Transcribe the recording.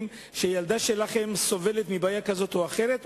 שהילדה שלהם סובלת מבעיה כזאת או אחרת,